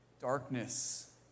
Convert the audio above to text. Darkness